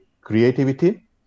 creativity